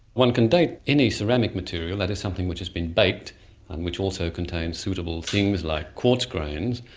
one can date any ceramic material, that is something which has been baked which also contains suitable things like quartz grains,